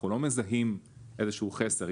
אנחנו לא מזהים איזה שהוא חסר.